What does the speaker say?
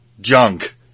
Junk